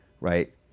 Right